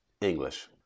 English